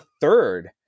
third